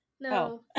No